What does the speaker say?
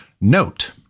Note